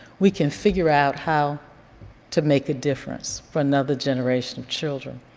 we can figure out how to make a difference for another generation of children.